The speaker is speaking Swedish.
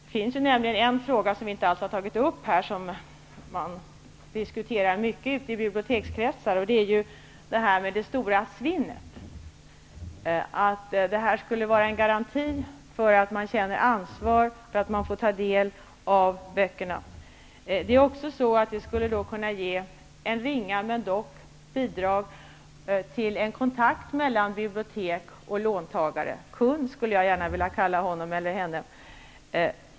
Det finns en fråga som vi inte har tagit upp här men som diskuteras mycket ute i bibliotekskretsar, nämligen det stora svinnet. Detta skulle vara en garanti för att människor känner ansvar för att de får ta del av böckerna. Ett medlemskort skulle kunna ge ett ringa, men dock, bidrag till en kontakt mellan bibliotek och låntagare. Jag skulle gärna vilja kalla låntagaren för kund.